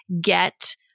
get